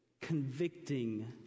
convicting